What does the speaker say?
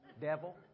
Devil